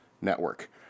Network